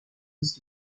نیست